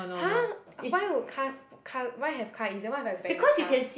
!huh! why would cars put car why have car easier [what] if I bang the car